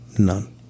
none